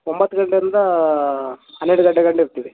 ಒಂಬತ್ತು ಗಂಟೆಯಿಂದ ಹನ್ನೆರಡು ಗಂಟೆಗಂಟ ಇರ್ತೀವಿ